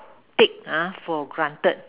take ah for granted